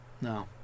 No